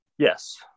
Yes